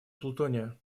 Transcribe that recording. плутония